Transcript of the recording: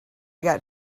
got